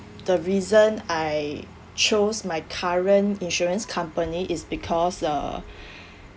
the reason I chose my current insurance company is because uh